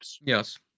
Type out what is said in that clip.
Yes